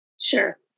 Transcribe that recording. Sure